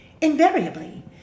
Invariably